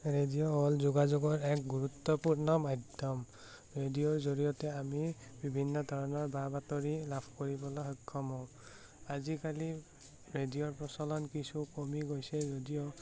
radio হ'ল যোগাযোগৰ এক গুৰুত্বপূৰ্ণ মাধ্যম ৰেডিঅ'ৰ জৰিয়তে আমি বিভিন্ন ধৰণৰ বা বাতৰি লাভ কৰিবলৈ সক্ষম হওঁ আজিকালি ৰেডিঅ'ৰ প্ৰচলন কিছু কমি গৈছে যদিও